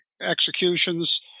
executions